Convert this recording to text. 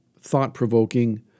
thought-provoking